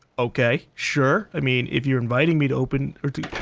okay. sure. i mean if you're inviting me to open or to.